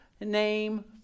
name